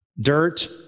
dirt